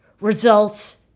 results